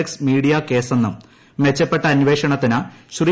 X media കേസെന്നും മെച്ചപ്പെട്ട അന്വേഷണത്തിന് ശ്രീ